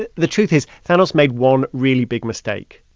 the the truth is thanos made one really big mistake.